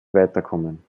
weiterkommen